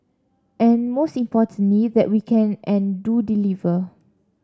and most importantly that we can and do deliver